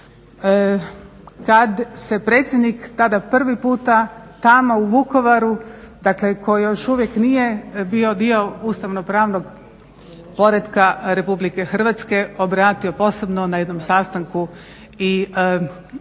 kad se predsjednik tada prvi puta tamo u Vukovaru, dakle koji još uvijek nije bio dio ustavno-pravnog poretka RH, obratio posebno na jednom sastanku i